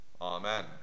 Amen